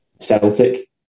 Celtic